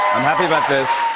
happy about this.